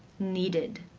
needed,